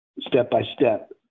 step-by-step